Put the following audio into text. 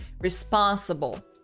responsible